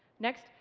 next,